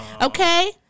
Okay